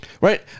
Right